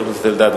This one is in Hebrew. חבר הכנסת אלדד.